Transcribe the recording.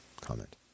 comment